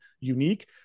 unique